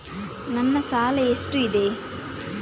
ನನ್ನ ಸಾಲ ಎಷ್ಟು ಇದೆ?